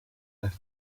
las